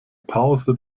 pause